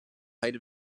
height